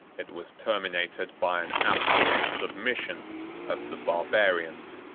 it was terminated by an absolute submission of the barbarians.